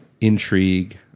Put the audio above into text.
intrigue